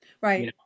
Right